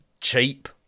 cheap